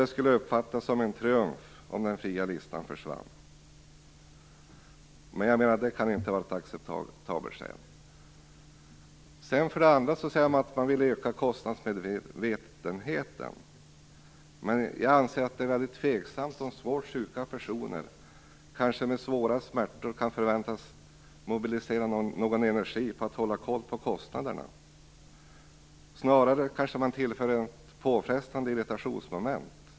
Det skulle alltså uppfattas som en triumf om den fria listan försvann. Jag menar att det inte kan vara något acceptabelt skäl. För det andra säger man att man vill öka kostnadsmedvetenheten. Jag anser att det är väldigt tveksamt om svårt sjuka personer, kanske med svåra smärtor, kan förväntas mobilisera någon energi på att hålla koll på kostnaderna. Snarare kanske man tillför ett påfrestande irritationsmoment.